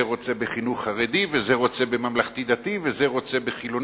זה רוצה בחינוך החרדי וזה רוצה בממלכתי-דתי וזה בחילוני,